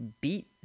beat